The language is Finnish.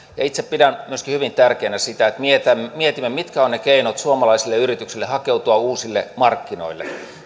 itse pidän myöskin hyvin tärkeänä sitä että mietimme mietimme mitkä ovat ne keinot suomalaisille yrityksille hakeutua uusille markkinoille